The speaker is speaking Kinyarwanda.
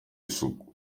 isuku